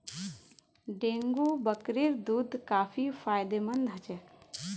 dengue बकरीर दूध काफी फायदेमंद ह छ